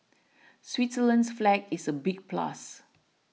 Switzerland's flag is a big plus